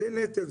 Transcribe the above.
זה נטל.